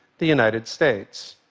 the united states.